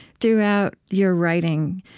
throughout your writing,